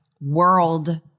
world